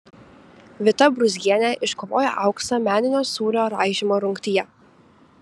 vita brūzgienė iškovojo auksą meninio sūrio raižymo rungtyje